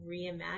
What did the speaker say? reimagine